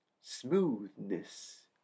smoothness